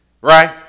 Right